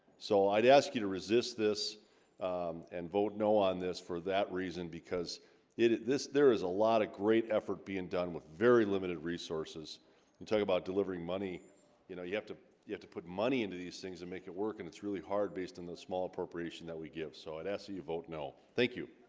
so i'd ask you to resist this and vote no on this for that reason because it it this there is a lot of great effort being done with very limited resources you talk about delivering money you know you have to you have to put money into these things to and make it work and it's really hard based in the small appropriation that we give so i'd ask that you vote no thank you,